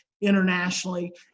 internationally